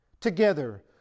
together